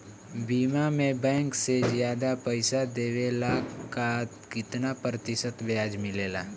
बीमा में बैंक से ज्यादा पइसा देवेला का कितना प्रतिशत ब्याज मिलेला?